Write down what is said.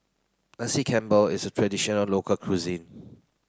Nasi Campur is a traditional local cuisine